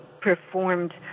performed